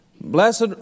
Blessed